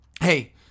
Hey